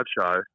show